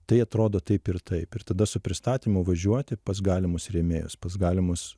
tai atrodo taip ir taip ir tada su pristatymu važiuoti pas galimus rėmėjus pas galimus